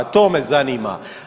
To me zanima.